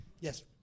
Yes